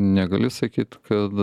negali sakyt kad